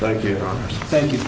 thank you thank you